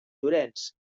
llorenç